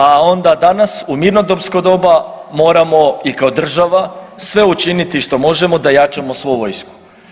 A onda danas u mirnodopsko doba moramo i kao država sve učiniti što možemo da jačamo svu vojsku.